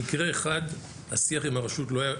במקרה אחד השיח לא היה טוב,